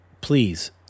Please